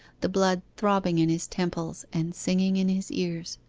the blood throbbing in his temples, and singing in his ears.